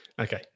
Okay